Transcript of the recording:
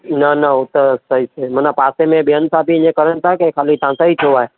न न हो त सही माना पासे में ॿियनि सां ईअं करनि था की ख़ाली तव्हां सां ई थियो आहे